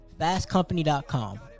fastcompany.com